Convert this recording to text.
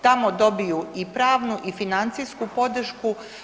Tamo dobiju i pravnu i financijsku podršku.